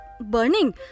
burning